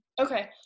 Okay